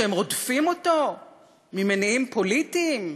שהם רודפים אותו ממניעים פוליטיים?